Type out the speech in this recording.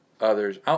others